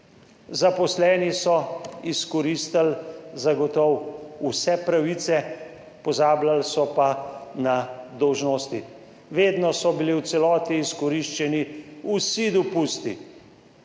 Zaposleni so izkoristili zagotovo vse pravice, pozabljali so pa na dolžnosti. Vedno so bili v celoti izkoriščeni vsi dopusti,